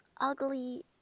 ugly